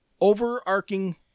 overarching